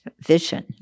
vision